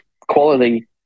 quality